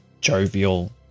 jovial